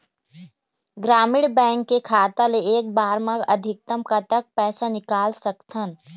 ग्रामीण बैंक के खाता ले एक बार मा अधिकतम कतक पैसा निकाल सकथन?